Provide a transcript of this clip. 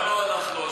בזה לא אנחנו אשמים.